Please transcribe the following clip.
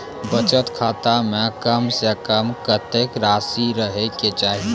बचत खाता म कम से कम कत्तेक रासि रहे के चाहि?